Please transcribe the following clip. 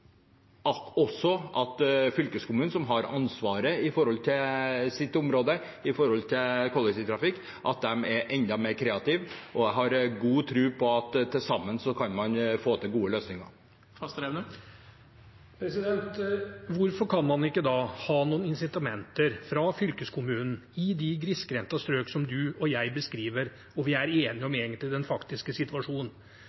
også at fylkeskommunene, som har ansvaret for sitt område når det gjelder kollektivtrafikk, er enda mer kreative. Jeg har god tro på at man til sammen kan få til gode løsninger. Hvorfor kan man ikke da ha noen incitamenter fra fylkeskommunen i de grisgrendte strøkene som du og jeg beskriver, hvor vi egentlig er enige om den faktiske situasjonen? På Dovre, der jeg bor, ble jernbanen stengt en